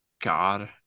God